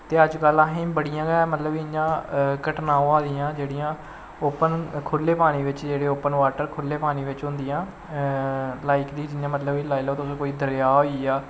ते अजकल असें बड़ियां गै इयां घटनां होआ दियां जेह्ड़ियां ओप्पन खुल्ले पानी बिच्च जेह्ड़े ओपन बॉटर खुल्ले पानी बिच्च होंदियां लाईक दी जियां मतलव लाई लैओ तुस दरेआ होइया